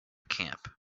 camp